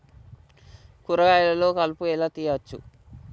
కూరగాయలలో కలుపు ఎలా తీయచ్చు?